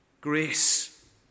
Grace